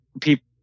people